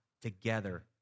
together